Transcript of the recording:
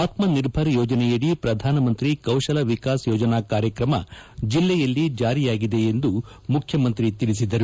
ಆತ್ಮ ನಿರ್ಭರ್ ಯೋಜನೆಯಡಿ ಪ್ರಧಾನಮಂತ್ರಿ ಕೌಶಲ ವಿಕಾಸ್ ಯೋಜನಾ ಕಾರ್ಯಕ್ರಮ ಜಿಲ್ಲೆಯಲ್ಲಿ ಜಾರಿಯಾಗಿದೆ ಎಂದು ಮುಖ್ಯಮಂತ್ರಿ ತಿಳಿಸಿದರು